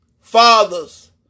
fathers